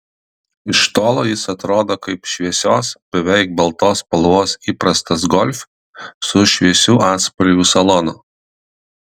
iš tolo jis atrodo kaip šviesios beveik baltos spalvos įprastas golf su šviesių atspalvių salonu